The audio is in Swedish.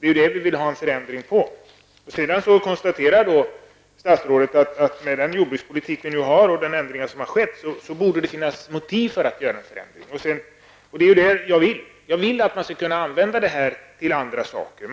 Det är de vi vill ha en förändring av. Statsrådet konstaterar sedan att med den jordbrukspolitik vi har och med den ändring som har skett borde det finnas motiv för att göra en förändring. Det är det jag vill -- att man skall kunna använda dessa pengar till andra ändamål.